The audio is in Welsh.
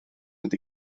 fynd